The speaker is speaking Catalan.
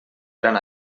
gran